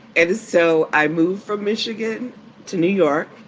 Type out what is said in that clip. and so i moved from michigan to new york.